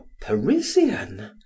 Parisian